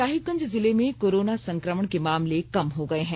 साहिबगंज जिले में कोरोना संक्रमण के मामले कम हो गये हैं